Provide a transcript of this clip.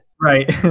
Right